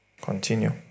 Continue